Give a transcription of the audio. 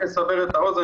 רק לסבר את האוזן,